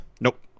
Nope